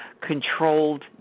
controlled